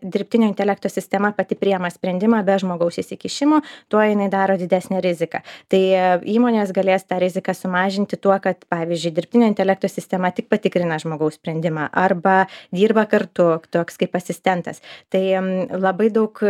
dirbtinio intelekto sistema pati priima sprendimą be žmogaus įsikišimo tuo jinai daro didesnę riziką tai įmonės galės tą riziką sumažinti tuo kad pavyzdžiui dirbtinio intelekto sistema tik patikrina žmogaus sprendimą arba dirba kartu toks kaip asistentas tai jam labai daug